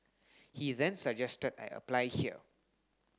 he then suggested I apply here